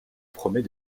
promet